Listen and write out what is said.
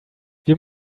wir